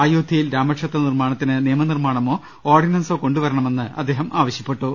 അയോധ്യയിൽ രാമക്ഷേത്ര നിർമ്മാണത്തിന് നിയമനിർമ്മാണമോ ഓർഡിനൻസോ കൊണ്ടുവരണമെന്ന് അദ്ദേഹം ആവശ്യപ്പെട്ടു